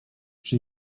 czy